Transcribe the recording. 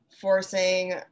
forcing